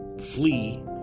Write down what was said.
flee